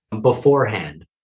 beforehand